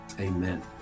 amen